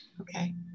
Okay